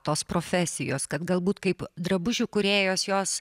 tos profesijos kad galbūt kaip drabužių kūrėjos jos